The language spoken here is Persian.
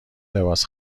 لباس